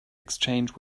exchange